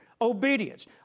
Obedience